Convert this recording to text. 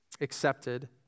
accepted